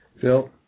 Phil